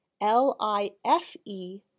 L-I-F-E